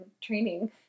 training